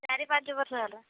ଚାରି ପାଞ୍ଚ ବର୍ଷ ହେଲା